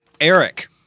Eric